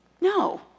No